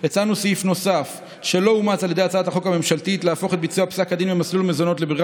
ולסגור את המשק כדי למנוע התפרצות גדולה,